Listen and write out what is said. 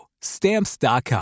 Stamps.com